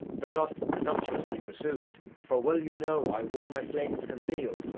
though not presumtuously pursu'd for well you know i wore my flames conceal'd,